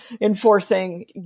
enforcing